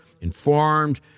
informed